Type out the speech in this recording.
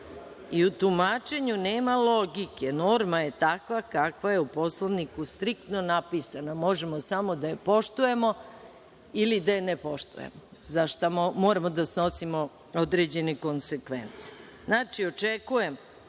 u tumačenju nema logike. Forma je takva kakva je, u Poslovniku striktno napisana. Možemo samo da je poštujemo ili da je ne poštujemo, za šta moramo da snosimo određene konsekvence. Očekujem